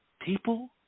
People